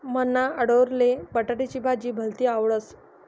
मन्हा आंडोरले बटाटानी भाजी भलती आवडस